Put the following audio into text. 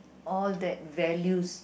all that values